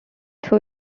two